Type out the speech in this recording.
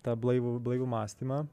tą blaivų blaivų mąstymą